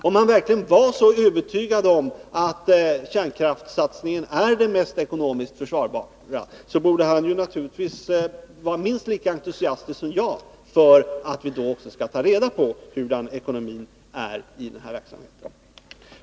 Om han verkligen var så övertygad om att kärnkraftssatsningen är den ekonomiskt mest försvarbara, borde han vara minst lika entusiastisk som jag att då också ta reda på hurdan ekonomin är i den här verksamheten.